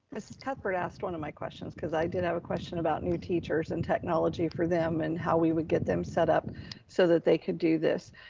mrs. cuthbert asked one of my questions, cause i did have a question about new teachers and technology for them and how we would get them set up so that they could do this.